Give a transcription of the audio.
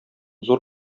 зур